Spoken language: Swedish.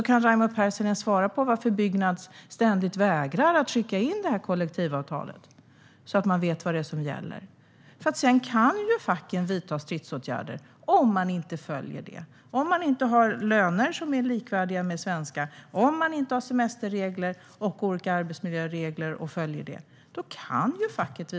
Kan Raimo Pärssinen svara på varför Byggnads ständigt vägrar att skicka in kollektivavtalet, så att man vet vad som gäller? Facken kan ju vidta stridsåtgärder om företagen inte följer det, om de inte har löner som är likvärdiga med svenska och inte har semesterregler och olika arbetsmiljöregler.